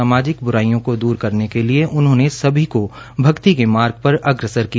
सामाजिक बुराइयों को दर के लिए उन्होंने सभी को भक्ति के मार्ग पर अग्रसर किया